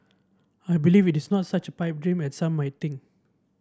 I believe it is not such pipe dream as some might think